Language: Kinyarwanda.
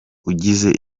ugize